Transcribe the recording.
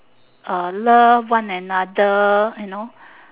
love one another